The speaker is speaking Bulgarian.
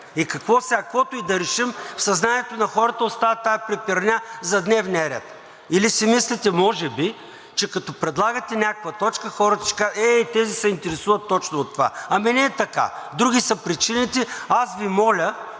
Каквото и да решим, в съзнанието на хората остава тази препирня за дневния ред или си мислите може би, че като предлагате някаква точка, хората ще кажат: ей, тези се интересуват точно от това. Ами не е така! Други са причините. Аз Ви моля